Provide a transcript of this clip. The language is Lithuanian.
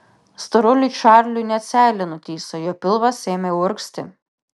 storuliui čarliui net seilė nutįso jo pilvas ėmė urgzti